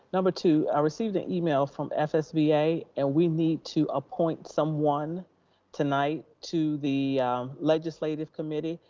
number two, i received an email from fsba and we need to appoint someone tonight to the legislative committee.